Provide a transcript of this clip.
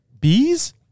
Bees